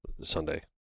Sunday